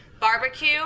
Barbecue